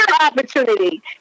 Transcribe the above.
opportunity